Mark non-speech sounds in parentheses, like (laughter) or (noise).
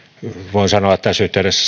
voin myös sanoa tässä yhteydessä (unintelligible)